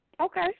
Okay